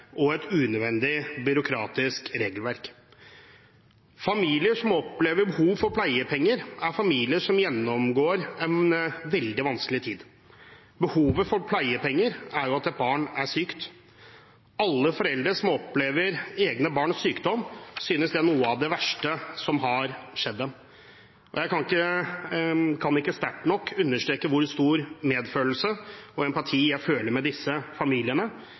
og unødvendig byråkratisk regelverk. Familier som opplever behov for pleiepenger, er familier som gjennomgår en veldig vanskelig tid. Grunnen til behovet for pleiepenger er jo at barnet er sykt. Alle foreldre som opplever egne barns sykdom, synes det er noe av det verste som har skjedd dem. Jeg kan ikke sterkt nok understreke hvor stor medfølelse og empati jeg har for disse familiene,